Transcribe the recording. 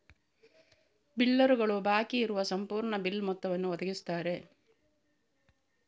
ಬಿಲ್ಲರುಗಳು ಬಾಕಿ ಇರುವ ಸಂಪೂರ್ಣ ಬಿಲ್ ಮೊತ್ತವನ್ನು ಒದಗಿಸುತ್ತಾರೆ